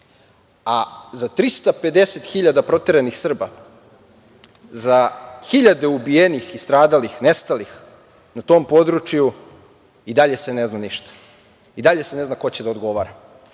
a za 350.000 proteranih Srba, za hiljade ubijenih i stradalih, nestalih na tom području i dalje se ne zna ništa, i dalje se ne zna ko će da odgovara. Ja